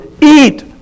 eat